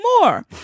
more